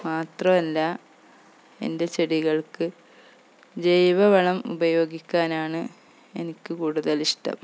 മാത്രമല്ല എൻ്റെ ചെടികൾക്ക് ജൈവവളം ഉപയോഗിക്കാനാണ് എനിക്ക് കൂടുതലിഷ്ടം